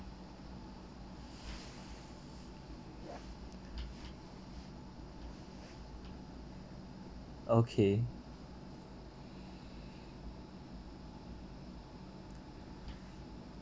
okay